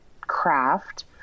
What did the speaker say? craft